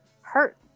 hurt